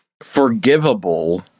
forgivable